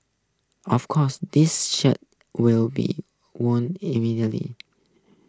of course this shirt will be worn immediately